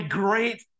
great